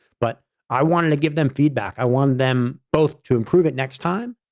but i wanted to give them feedback. i want them both to improve it next time.